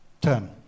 Ten